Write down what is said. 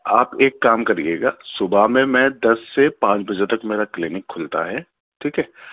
آپ ایک کام کریے گا صبح میں میں دس سے پانچ بجے تک میرا کلینک کھلتا ہے ٹھیک ہے